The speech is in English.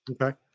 Okay